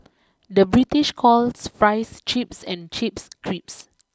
the British calls fries chips and chips crisps